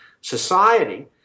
society